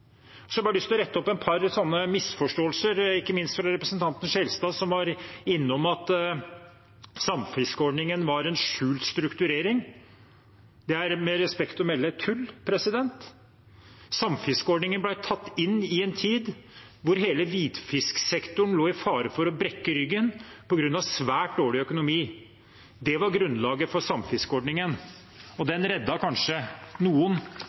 Så har jeg lyst til å rette opp et par misforståelser, ikke minst fra representanten Skjelstad, som var innom at samfiskeordningen var en skjult strukturering. Det er med respekt å melde tull. Samfiskeordningen ble tatt inn i en tid da hele hvitfisksektoren sto i fare for å brekke ryggen på grunn av svært dårlig økonomi. Det var grunnlaget for samfiskeordningen, og den reddet kanskje noen